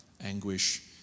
anguish